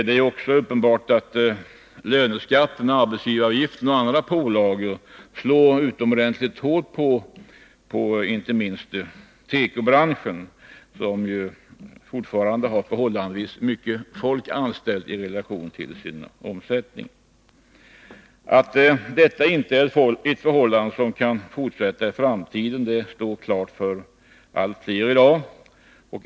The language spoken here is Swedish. Det är också uppenbart att löneskatten, arbetsgivaravgiften och andra pålagor slår utomordentligt hårt inte minst mot tekobranschen, som ju i relation till sin omsättning fortfarande har förhållandevis många anställda. Att detta inte är ett förhållande som kan fortsätta i framtiden står i dag klart för allt flera.